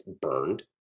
burned